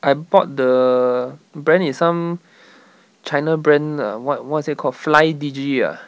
I bought the brand is some china brand uh what what's that called flydigi ah